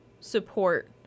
support